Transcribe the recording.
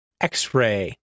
X-Ray